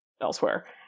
elsewhere